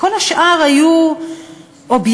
כל השאר היו אובייקטים,